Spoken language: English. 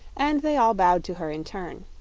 and they all bowed to her in turn.